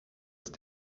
ist